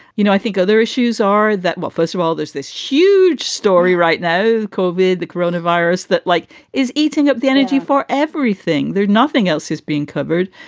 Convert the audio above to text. you know, i think other issues are that well, first of all, there's this huge story right now with the corona virus that like is eating up the energy for everything. there's nothing else is being covered.